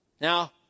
Now